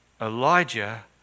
Elijah